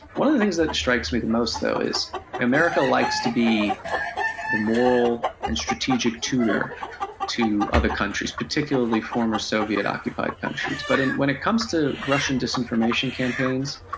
one of the things that strikes me the most, though, america likes to be the moral and strategic tutor to other countries, particularly former soviet occupied countries. but and when it comes to russian disinformation campaigns,